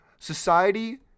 Society